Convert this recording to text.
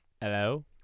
Hello